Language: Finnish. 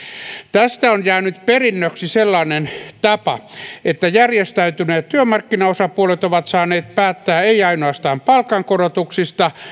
tästä on jäänyt perinnöksi sellainen tapa että järjestäytyneet työmarkkinaosapuolet ovat saaneet päättää eivät ainoastaan palkankorotuksista